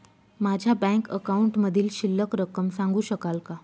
माझ्या बँक अकाउंटमधील शिल्लक रक्कम सांगू शकाल का?